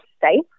safe